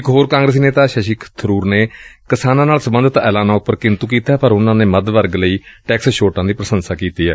ਇਕ ਹੋਰ ਕਾਂਗਰਸੀ ਨੇਤਾ ਸ਼ਸੀ ਬਰੁਰ ਨੇ ਕਿਸਾਨਾਂ ਨਾਲ ਸਬੰਧਤ ਐਲਾਨਾਂ ਉਪਰ ਕਿੰਤੁ ਕੀਤੈ ਪਰ ਉਨੂਾਂ ਨੇ ਮੱਧ ਵਰਗ ਲਈ ਟੈਕਸ ਛੋਟਾਂ ਦੀ ਪ੍ਸੰਸਾ ਕੀਤੀ ਏ